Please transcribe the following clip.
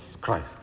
Christ